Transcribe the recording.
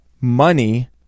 money